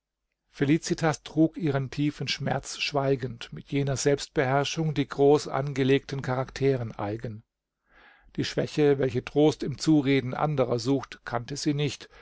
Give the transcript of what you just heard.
felicitas trug ihren tiefen schmerz schweigend mit jener selbstbeherrschung die groß angelegten charakteren eigen die schwäche welche trost im zureden anderer sucht kannte sie nicht